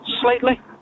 slightly